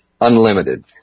unlimited